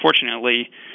unfortunately